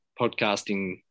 podcasting